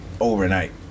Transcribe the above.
Overnight